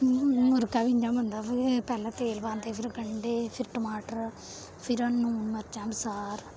मुर्गा बी इ'यां बनदा ऐ पैह्लें तेल पांदे फिर गंढे फिर टमाटर फिर लून मर्चां बसार